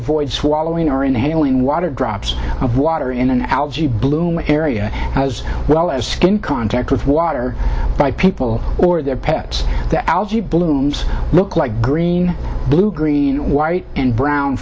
avoid swallowing or inhaling water drops of water in an algae bloom area as well as skin contact with water by people or their pets that algae blooms look like green blue green white and brown